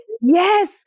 Yes